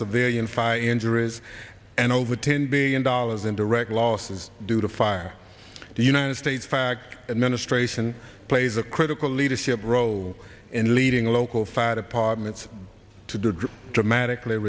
civilian fire injuries and over ten billion dollars in direct losses due to fire the united states fact administration plays a critical leadership role in leading local fire departments to dramatically